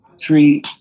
three